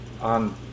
on